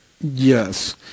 Yes